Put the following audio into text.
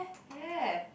ya